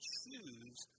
choose